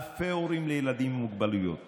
אלפי הורים לילדים עם מוגבלויות